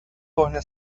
کهنه